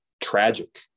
tragic